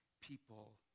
people